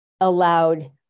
allowed